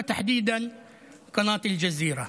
ובעיקר תחנת אל-ג'זירה.